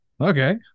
okay